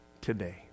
today